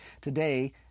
today